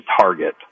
target